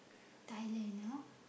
Thailand ah